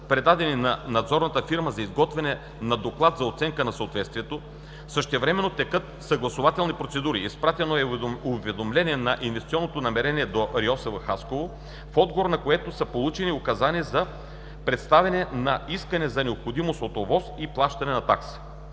предадени на надзорната фирма за изготвяне на доклад за оценка на съответствието. Същевременно текат съгласувателни процедури. Изпратено е уведомление за инвестиционното намерение до РИОСВ – Хасково, в отговор на което са получени указания за представяне на искане за необходимостта от ОВОС и плащане на такса.